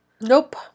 Nope